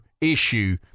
issue